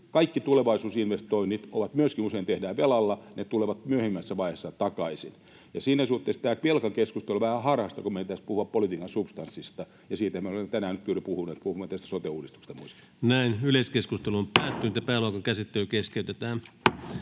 Kaikki tulevaisuusinvestoinnit myöskin usein tehdään velalla, ne tulevat myöhemmässä vaiheessa takaisin. Siinä suhteessa tämä velkakeskustelu on vähän harhaista, kun meidän pitäisi puhua politiikan substanssista, ja siitähän me olemme tänään nyt juuri puhuneet. Puhumme sote-uudistuksesta ja muusta. Esitellään ympäristöministeriön